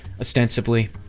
ostensibly